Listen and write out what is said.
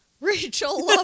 Rachel